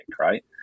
right